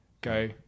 go